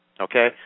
Okay